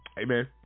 Amen